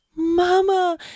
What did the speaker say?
Mama